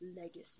legacy